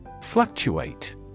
Fluctuate